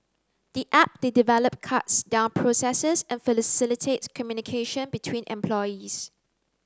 the app they developed cuts down processes and facilitates communication between employees